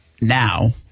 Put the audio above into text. now